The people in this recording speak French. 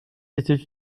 étaient